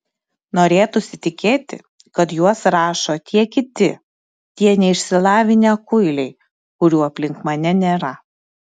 norėtųsi tikėti kad juos rašo tie kiti tie neišsilavinę kuiliai kurių aplink mane nėra